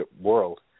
world